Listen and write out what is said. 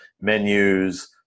menus